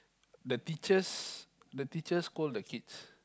the teachers the teacher scold the kids